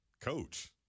Coach